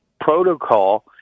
protocol